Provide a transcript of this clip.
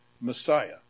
Messiah